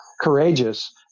courageous